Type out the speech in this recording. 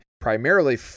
primarily